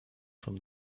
from